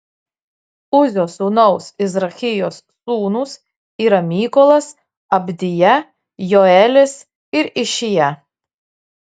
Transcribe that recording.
uzio sūnaus izrachijos sūnūs yra mykolas abdija joelis ir išija